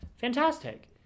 Fantastic